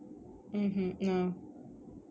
mmhmm no